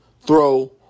throw